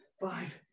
five